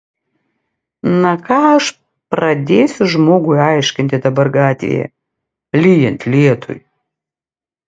na ką aš pradėsiu žmogui aiškinti dabar gatvėje lyjant lietui